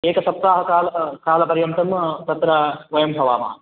एकसप्ताहकाल कालपर्यन्तं तत्र वयं भवामः